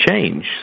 change